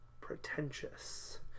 pretentious